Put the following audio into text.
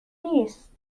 نیست